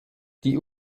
die